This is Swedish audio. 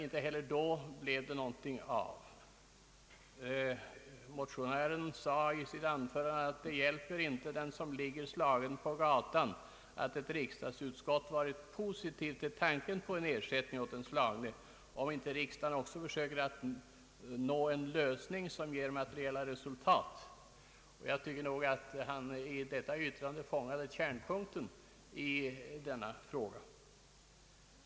Motionären sade i sitt an förande vid detta tillfälle att det inte hjälper den som ligger slagen på gatan att ett riksdagsutskott varit positivt till tanken på en ersättning åt den slagne, om inte riksdagen försöker att också nå en lösning som ger materiella resultat. Jag tycker nog att motionären i detta yttrande fångat frågans kärnpunkt.